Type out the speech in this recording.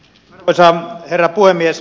arvoisa herra puhemies